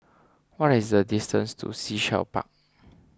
what is the distance to Sea Shell Park